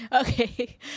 okay